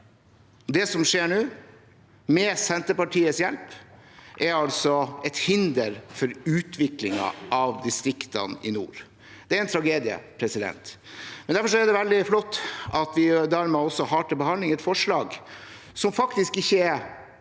Det som skjer nå, med Senterpartiets hjelp, er til hinder for utviklingen av distriktene i nord. Det er en tragedie. Derfor er det veldig flott at vi dermed også har til behandling et forslag som faktisk ikke er